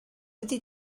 ydy